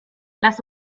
lass